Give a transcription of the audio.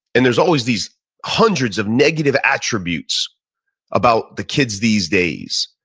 and there's always these hundreds of negative attributes about the kids these days,